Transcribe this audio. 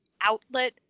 outlet